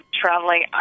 traveling